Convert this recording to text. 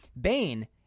Bane